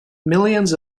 millions